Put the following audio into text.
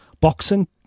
boxing